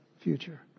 future